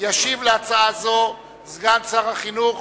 ישיב על הצעה זו סגן שר החינוך